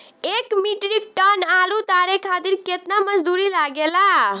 एक metric ton आलू उतारे खातिर केतना मजदूरी लागेला?